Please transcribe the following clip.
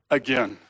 again